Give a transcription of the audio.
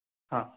हां